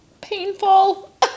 painful